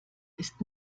ist